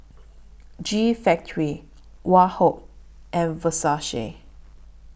G Factory Woh Hup and Versace